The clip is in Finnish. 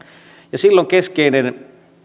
silloin keskeinen